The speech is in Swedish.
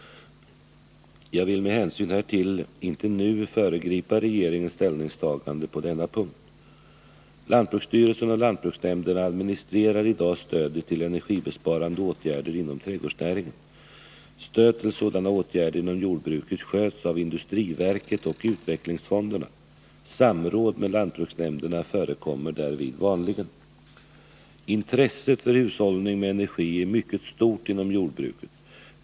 Jag vill med hänsyn härtill inte nu föregripa regeringens ställningstaganden på denna punkt. Lantbruksstyrelsen och lantbruksnämnderna administrerar i dag stödet till energisparande åtgärder inom trädgårdsnäringen. Stöd till sådana åtgärder inom jordbruket sköts av industriverket och utvecklingsfonderna. Samråd med lantbruksnämnderna förekommer därvid vanligen. Intresset för hushållning med energi är mycket stort inom jordbruket.